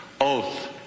oath